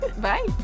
Bye